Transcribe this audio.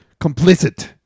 complicit